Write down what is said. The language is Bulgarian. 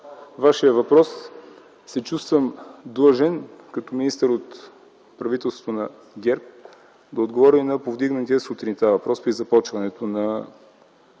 вашия въпрос се чувствам длъжен като министър от правителството на ГЕРБ да отговоря и на повдигнатия сутринта въпрос при започването на